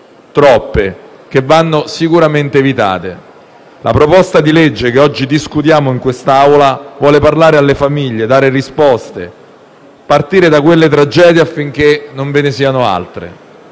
troppe, che vanno sicuramente evitate. La proposta di legge che oggi discutiamo in quest'Aula vuole parlare alle famiglie, dare risposte, partire da quelle tragedie affinché non ve ne siano altre.